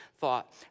thought